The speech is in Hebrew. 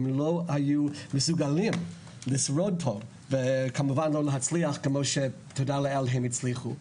הם לא היו מסוגלים לשרוד פה וכמובן לא להצליח כמו שתודה לאל הם הצליחו.